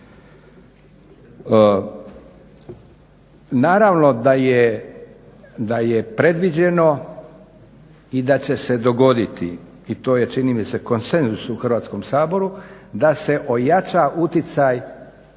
Naravno da je predviđeno i da će se dogoditi i to je čini mi se konsenzus u Hrvatskom saboru da se ojača utjecaj